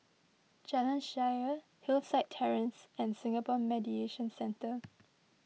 Jalan Shaer Hillside Terrace and Singapore Mediation Centre